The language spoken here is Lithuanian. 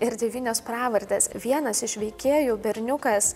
ir devynios pravardės vienas iš veikėjų berniukas